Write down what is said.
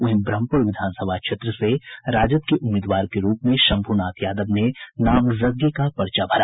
वहीं ब्रहमपूर विधानसभा क्षेत्र से राजद के उम्मीदवार के रूप में शम्भू नाथ यादव ने नामजदगी का पर्चा भरा